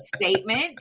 statement